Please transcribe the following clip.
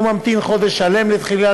מתחילה